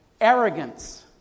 arrogance